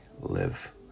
live